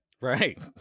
Right